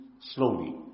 slowly